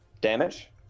Damage